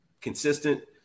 consistent